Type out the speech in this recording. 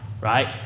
right